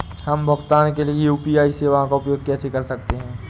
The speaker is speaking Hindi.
हम भुगतान के लिए यू.पी.आई सेवाओं का उपयोग कैसे कर सकते हैं?